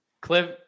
Cliff